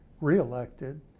reelected